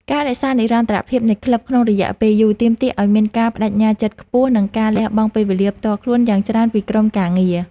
ការរក្សានិរន្តរភាពនៃក្លឹបក្នុងរយៈពេលយូរ ទាមទារឱ្យមានការប្ដេជ្ញាចិត្តខ្ពស់ និងការលះបង់ពេលវេលាផ្ទាល់ខ្លួនយ៉ាងច្រើនពីក្រុមការងារ។